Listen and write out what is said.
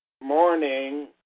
morning